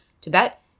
Tibet